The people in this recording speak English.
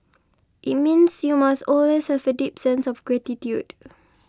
it means you must always have a deep sense of gratitude